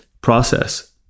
process